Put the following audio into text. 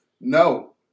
no